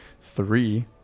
three